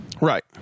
right